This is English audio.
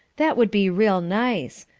that would be real nice.